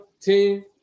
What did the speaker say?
team